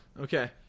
Okay